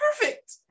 perfect